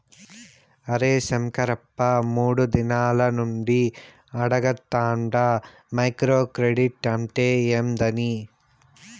అరే శంకరప్ప, మూడు దినాల నుండి అడగతాండ మైక్రో క్రెడిట్ అంటే ఏందని